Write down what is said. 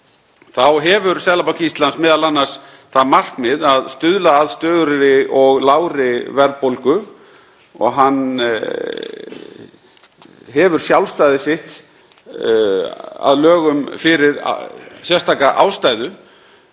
þá hefur Seðlabanki Íslands m.a. það markmið að stuðla að stöðugri og lágri verðbólgu og hann hefur sjálfstæði sitt að lögum af sérstakri ástæðu.